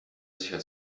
sicher